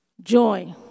joy